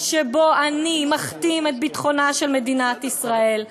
שבו אני מכתים את ביטחונה של מדינת ישראל.